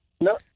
No